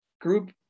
group